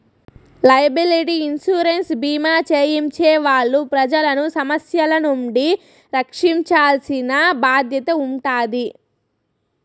liability insurance భీమా చేయించే వాళ్ళు ప్రజలను సమస్యల నుండి రక్షించాల్సిన బాధ్యత ఉంటాది